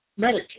Medicaid